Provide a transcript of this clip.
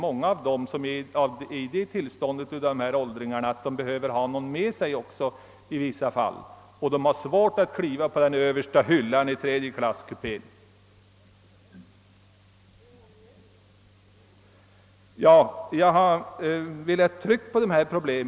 Många behöver ha någon hjälpande med sig och dessutom har de svårt att kliva upp till den översta bädden i en andraklass sovkupé.